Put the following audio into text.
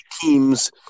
teams